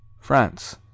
France